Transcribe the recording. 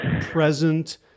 present